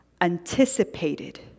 anticipated